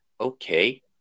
okay